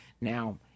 Now